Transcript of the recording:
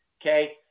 Okay